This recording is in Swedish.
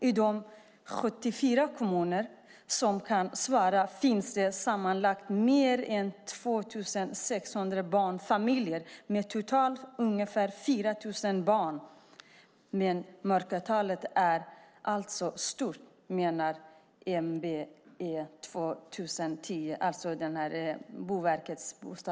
I de 74 kommuner som kan svara, finns det sammanlagt mer än 2 600 barnfamiljer med totalt ungefär 4 000 barn. Men mörkertalet är alltså stort."